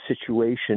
situation